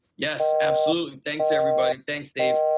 yes, absolutely. thanks everybody. thanks dave.